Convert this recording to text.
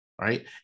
Right